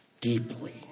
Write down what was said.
deeply